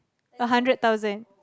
a hundred thousand